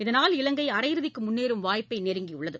இதனால் இலங்கை அரையிறுதிக்குமுன்னேறும் வாய்ப்பைநெருங்கியுள்ளது